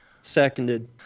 Seconded